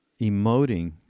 emoting